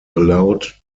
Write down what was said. allowed